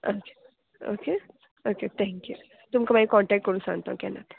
okay okay okay thank you तुमकां मागीर contact करूं सांगता केन्ना तें